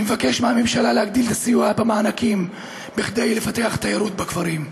אני מבקש מהממשלה להגדיל את הסיוע והמענקים כדי לפתח את התיירות בכפרים.